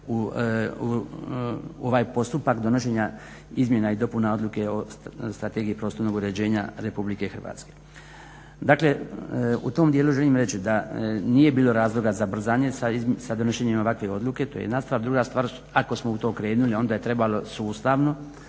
u ovaj postupak donošenja Izmjena i dopuna Odluke o strategiji prostornog uređenja Republike Hrvatske. Dakle, u tom dijelu želim reći da nije bilo razloga za brzanje sa donošenjem ovakve odluke to je jedna stvar. Druga stvar, ako smo u to krenuli onda je trebalo sustavno